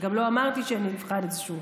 וגם לא אמרתי שאני אבחן את זה שוב.